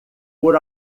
por